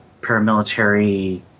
paramilitary